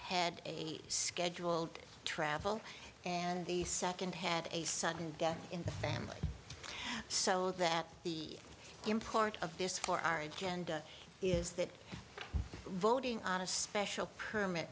had a scheduled travel and the second had a sudden death in the family so that the import of this for our agenda is that voting on a special permit